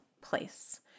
place